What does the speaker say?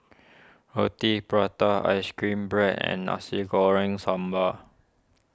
Roti Prata Ice Cream Bread and Nasi Goreng Sambal